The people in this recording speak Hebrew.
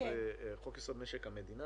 משק המדינה